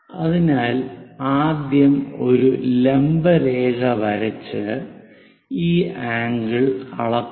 അതിനാൽ ആദ്യം ഒരു ലംബ രേഖ വരച്ച് ഈ ആംഗിൾ അളക്കുക